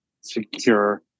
secure